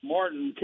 Martin –